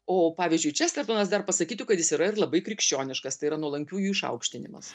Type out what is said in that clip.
o pavyzdžiui čestertonas dar pasakytų kad jis yra ir labai krikščioniškas tai yra nuolankiųjų išaukštinimas